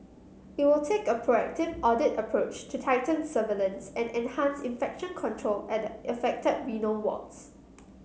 it will take a proactive audit approach to tighten surveillance and enhance infection control at the affected renal wards